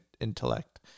intellect